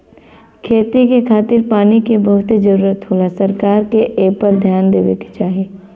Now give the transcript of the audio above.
खेती के खातिर पानी के बहुते जरूरत होला सरकार के एपर ध्यान देवे के चाही